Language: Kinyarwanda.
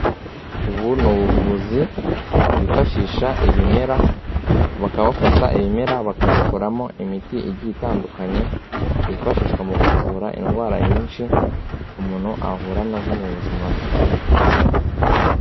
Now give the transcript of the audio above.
Ubu ni ubuvuzi bwifashisha ibimera, bakaba bafata ibimera bakabikoramo imiti igiye itandukanye yifashishwa mu kuvura indwara nyinshi umuntu ahura nazo mu buzima bwe.